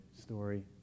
story